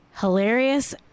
hilarious